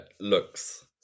looks